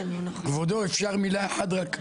כבוד היושב ראש, אפשר מילה אחת?